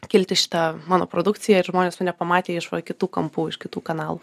kilti šita mano produkcija ir žmonės mane pamatę ieškojo kitų kampų iš kitų kanalų